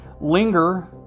linger